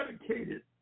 dedicated